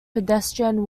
pedestrian